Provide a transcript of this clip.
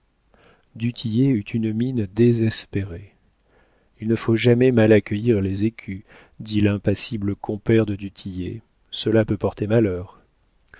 tillet eut une mine désespérée il ne faut jamais mal accueillir les écus dit l'impassible compère de du tillet cela peut porter malheur